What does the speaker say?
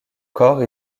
corps